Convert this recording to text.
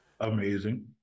Amazing